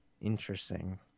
interesting